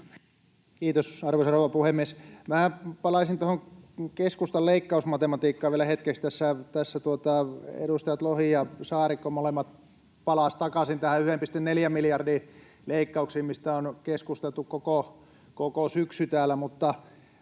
Kiitos, arvoisa rouva puhemies! Minä palaisin tuohon keskustan leikkausmatematiikkaan vielä hetkeksi. Tässä edustajat Lohi ja Saarikko molemmat palasivat takaisin näihin 1,4 miljardin leikkauksiin, mistä on keskusteltu koko syksy täällä.